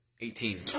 Eighteen